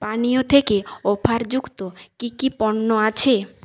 পানীয় থেকে অফার যুক্ত কী কী পণ্য আছে